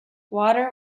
water